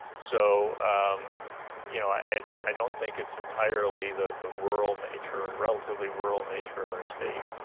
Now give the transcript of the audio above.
so you know, i i don't think it's entirely the the rural nature ah relatively rural nature of our state.